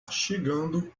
chegando